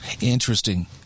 Interesting